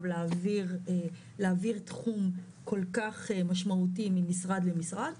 להעביר תחום כל כך משמעותי ממשרד למשרד,